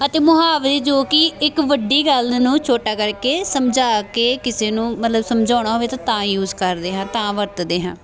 ਅਤੇ ਮੁਹਾਵਰੇ ਜੋ ਕਿ ਇੱਕ ਵੱਡੀ ਗੱਲ ਨੂੰ ਛੋਟਾ ਕਰਕੇ ਸਮਝਾ ਕੇ ਕਿਸੇ ਨੂੰ ਮਤਲਬ ਸਮਝਾਉਣਾ ਹੋਵੇ ਤਾਂ ਤਾਂ ਯੂਜ਼ ਕਰਦੇ ਹਾਂ ਤਾਂ ਵਰਤਦੇ ਹਾਂ